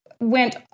went